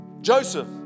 Joseph